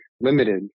limited